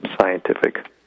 scientific